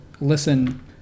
listen